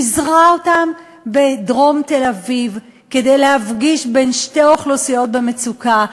פיזרה אותם בדרום תל-אביב כדי להפגיש שתי אוכלוסיות במצוקה,